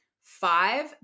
five